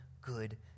good